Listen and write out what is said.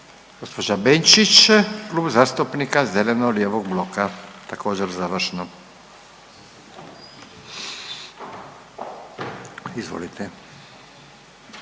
Gospođa Benčić Klub zastupnika zeleno-lijevog bloka također završno. Izvolite.